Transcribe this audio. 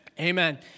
amen